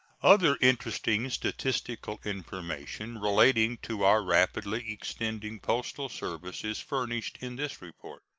other interesting statistical information relating to our rapidly extending postal service is furnished in this report.